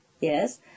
Yes